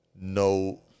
no